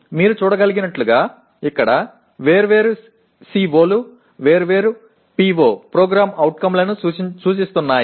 మీరు చూడగలిగినట్లుగా ఇక్కడ వేర్వేరు CO లు వేర్వేరు PO లను సూచిస్తున్నాయి